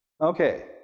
Okay